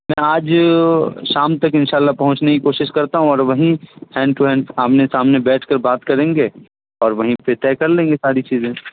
میں آج شام تک ان شاء اللہ پہنچنے کی کوشش کرتا ہوں اور وہیں ہینڈ ٹو ہینڈ آمنے سامنے بیٹھ کر بات کریں گے اور وہیں پھر طے کر لیں گے ساری چیزیں